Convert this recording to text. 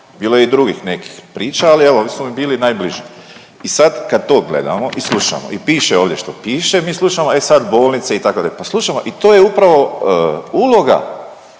bilo je i drugih nekih priča, ali evo ovi su mi bili najbliži i sad kad to gledamo i slušamo i piše ovdje što piše, mi slušamo e sad bolnice itd., pa slušamo i to je upravo uloga